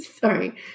sorry